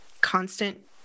constant